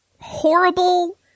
horrible